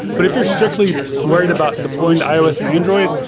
but if you're strictly worried about deploying to ios and android,